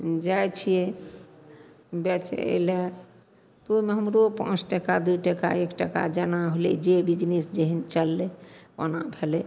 जाइ छिए बेचै ले तऽ ओहिमे हमरो पाँच टका दुइ टका एक टका जेना होलै जे बिजनेस जेहन चललै ओना भेलै